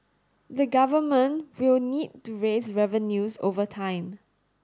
the Government will need to raise revenues over time